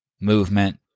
movement